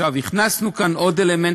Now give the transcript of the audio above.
הכנסנו כאן עוד אלמנט,